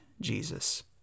Jesus